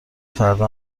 فردا